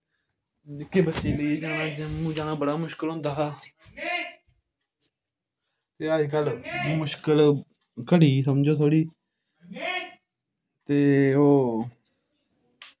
निक्के बच्चेई लेइयै जाना जम्मू जाना बड़ा मुश्कल होंदा हा ते अजकल मुश्कल घटी समझो थोह्ड़ी ते ओह्